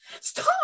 stop